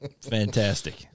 fantastic